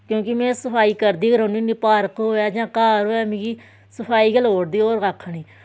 क्युंकि में सफाई करदी गै रौह्न्नी पार्क होऐ जां घर होऐ मिगी सफाई गै लोड़दा होर कक्ख निं